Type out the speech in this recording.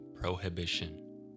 prohibition